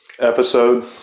episode